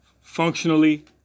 functionally